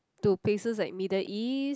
to places like Middle East